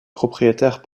propriétaires